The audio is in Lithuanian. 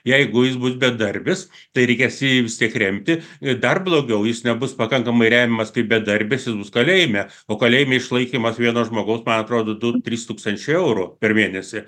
jeigu jis bus bedarbis tai reikės jį vis tiek remti ir dar blogiau jis nebus pakankamai remiamas kaip bedarbis sūnus kalėjime o kalėjime išlaikymas vieno žmogaus man atrodo du trys tūkstančiai eurų per mėnesį